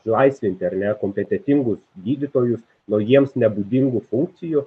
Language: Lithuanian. atsilaisvinti ar ne kompetentingus gydytojus nuo jiems nebūdingų funkcijų